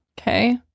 okay